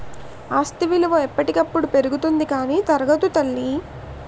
ఆస్తి విలువ ఎప్పటికప్పుడు పెరుగుతుంది కానీ తరగదు తల్లీ